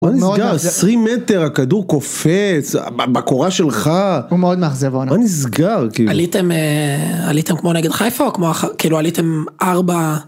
מה נסגר 20 מטר הכדור קופץ בקורה שלך. הוא מאוד מאכזב העונה, מה נסגר? עליתם כמו נגד חיפה או כמו כאילו עליתם ארבע.